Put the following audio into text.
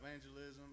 evangelism